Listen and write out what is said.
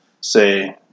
say